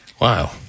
Wow